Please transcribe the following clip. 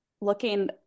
looking